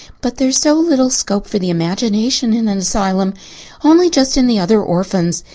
but there is so little scope for the imagination in an asylum only just in the other orphans.